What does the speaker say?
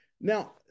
Now